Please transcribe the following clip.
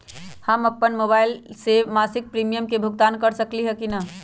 हम अपन मोबाइल से मासिक प्रीमियम के भुगतान कर सकली ह की न?